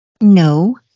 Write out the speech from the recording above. no